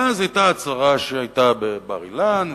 ואז היתה ההצהרה שהיתה בבר-אילן,